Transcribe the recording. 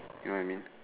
you know I mean